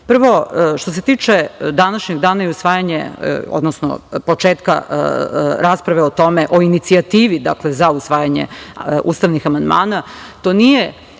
što se tiče današnjeg dana i usvajanje, odnosno početka rasprave o tome, o inicijativi za usvajanje ustavnih amandmana to nije